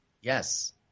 Yes